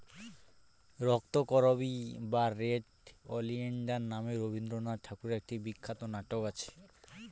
রক্তকরবী বা red oleander নামে রবিন্দ্রনাথ ঠাকুরের একটি বিখ্যাত নাটক আছে